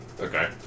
Okay